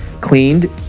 cleaned